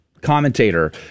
commentator